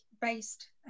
based